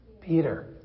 Peter